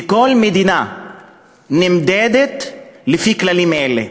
וכל מדינה נמדדת לפי כללים אלה.